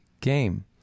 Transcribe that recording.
game